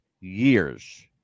years